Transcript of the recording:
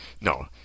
No